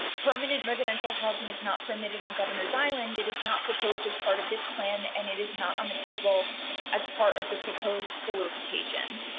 permanent residential housing is not permitted on. governor's island is not proposed as part of this plan and it is not on the table as part of the proposed solicitation.